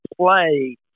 play